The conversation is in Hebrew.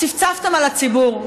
צפצפתם על הציבור?